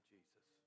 Jesus